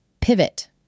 pivot